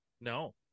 No